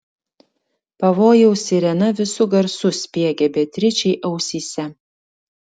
pavojaus sirena visu garsu spiegė beatričei ausyse